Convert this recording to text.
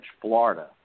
Florida